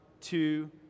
two